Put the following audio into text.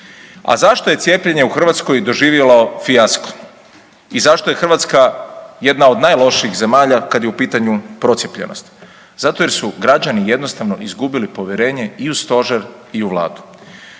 A zašto je cijepljenje u Hrvatskoj doživjelo fijasko i zašto je Hrvatska jedna od najlošijih zemalja kad je u pitanju procijepljenost? Zato jer su građani jednostavno izgubili povjerenje i u stožer i u vladu.